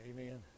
Amen